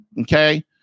Okay